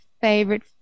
favorite